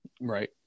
Right